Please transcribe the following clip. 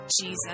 Jesus